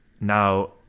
now